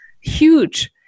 huge